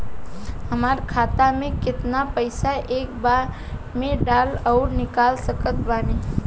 हमार खाता मे केतना पईसा एक बेर मे डाल आऊर निकाल सकत बानी?